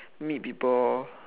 meet people lor